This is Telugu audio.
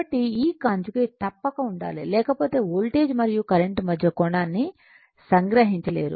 కాబట్టి ఈ కాంజుగేట్ తప్పక ఉండాలి లేకపోతే వోల్టేజ్ మరియు కరెంట్ మధ్య కోణాన్ని సంగ్రహించలేరు